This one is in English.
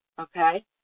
okay